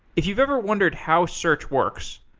if you've ever wondered how search works,